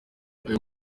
ayo